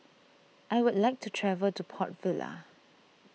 I would like to travel to Port Vila